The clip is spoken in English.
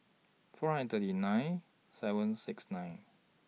four hundred and thirty nine seven six nine